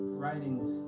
writings